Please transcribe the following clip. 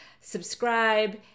subscribe